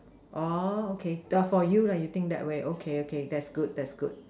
oh okay the for you you think that way okay okay that's good that's good